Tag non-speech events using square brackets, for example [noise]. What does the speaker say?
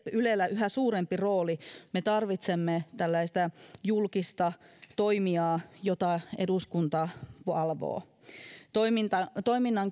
ylellä yhä suurempi rooli me tarvitsemme tällaista julkista toimijaa jota eduskunta valvoo [unintelligible] toiminnan